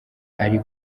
ari